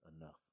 enough